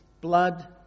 blood